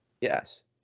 Yes